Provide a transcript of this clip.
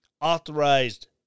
authorized